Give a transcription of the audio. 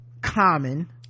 common